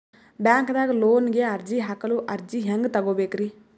ಬ್ಯಾಂಕ್ದಾಗ ಲೋನ್ ಗೆ ಅರ್ಜಿ ಹಾಕಲು ಅರ್ಜಿ ಹೆಂಗ್ ತಗೊಬೇಕ್ರಿ?